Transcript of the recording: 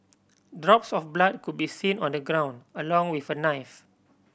drops of blood could be seen on the ground along with a knife